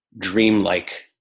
dreamlike